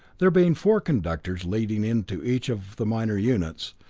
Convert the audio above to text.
there being four conductors leading into each of the minor units,